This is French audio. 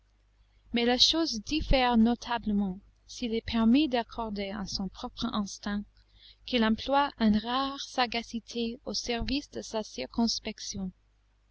mais la chose diffère notablement s'il est permis d'accorder à son propre instinct qu'il emploie une rare sagacité au service de sa circonspection